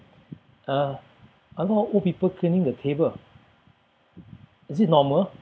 uh a lot of old people cleaning the table is it normal